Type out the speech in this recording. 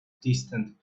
distant